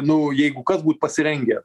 nu jeigu kas būt pasirengę